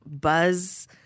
buzz